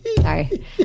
Sorry